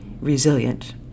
resilient